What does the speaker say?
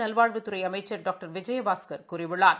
நல்வாழ்வுத்துறை அமைச்சள் டாக்டர் விஜயபாஸ்கள் கூறியுள்ளார்